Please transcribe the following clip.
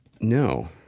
No